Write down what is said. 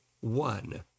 one